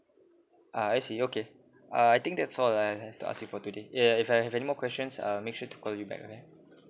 ah I see okay uh I think that's all I have to ask you for today yeah if I have any more questions I'll make sure to call you back okay